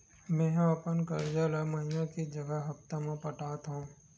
मेंहा अपन कर्जा ला महीना के जगह हप्ता मा पटात हव